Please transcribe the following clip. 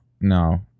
no